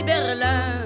Berlin